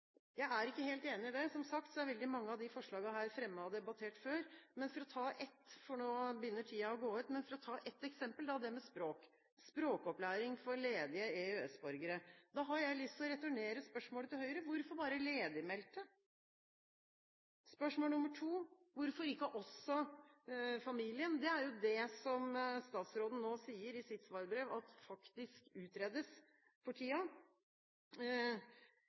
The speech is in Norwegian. Jeg er ikke helt enig i det. Som sagt er veldig mange av disse forslagene fremmet og debattert før. Nå begynner taletiden min å gå ut, men la meg ta ett eksempel, det med språkopplæring for ledige EØS-borgere. Da har jeg lyst til å returnere spørsmålet til Høyre: Hvorfor bare ledigmeldte? Spørsmål nr. 2: Hvorfor ikke også familien? Det er jo det som statsråden sier i sitt svarbrev faktisk utredes for